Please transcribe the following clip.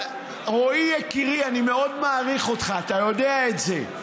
רועי יקירי, אני מאוד מעריך אותך, אתה יודע את זה.